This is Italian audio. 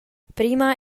prima